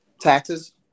taxes